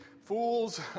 Fools